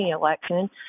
election